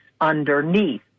underneath